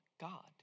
God